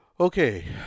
Okay